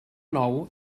nou